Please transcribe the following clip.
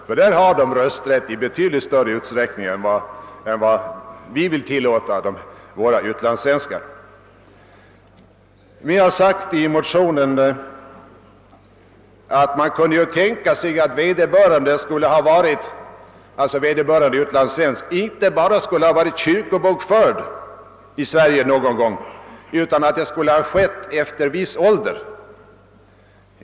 Dessa har rösträtt i betydligt större utsträckning än vad ni i majoritetspartiet vill ge utlandssvenskarna. Vi har i motionen framhållit, att man kunde tänka sig, att vederbörande utlandssvensk inte bara skall ha varit kyrkobokförd i Sverige någon gång, utan även att han skall ha varit kyrkobokförd här efter en viss ålder.